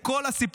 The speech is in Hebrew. זה כל הסיפור.